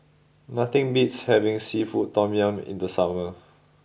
nothing beats having seafood Tom Yum in the summer